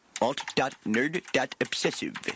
Alt.nerd.obsessive